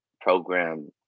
program